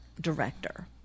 director